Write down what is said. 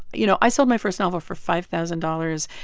you know, i sold my first novel for five thousand dollars.